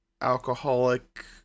alcoholic